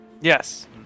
Yes